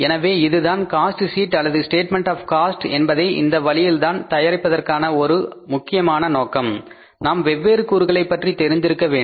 எனவே இதுதான் cost sheet அல்லது ஸ்டேட்மெண்ட் ஆப் காஸ்ட் என்பதை இந்த வழியில் தயாரிப்பதற்கான ஒரு முக்கியமான நோக்கம் நாம் வெவ்வேறு கூறுகளை பற்றி தெரிந்திருக்க வேண்டும்